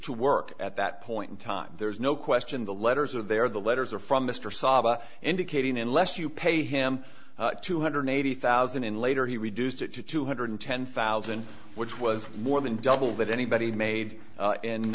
to work at that point in time there's no question the letters are there the letters are from mr sabah indicating unless you pay him two hundred eighty thousand and later he reduced it to two hundred ten thousand which was more than double that anybody made